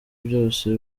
byose